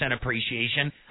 appreciation